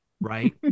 right